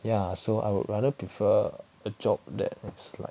ya so I would rather prefer a job that is like